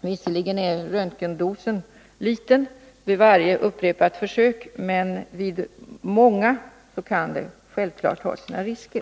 Visserligen är röntgendosen liten vid varje upprepat försök, men görs många undersökningar kan det självfallet ha risker.